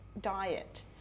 diet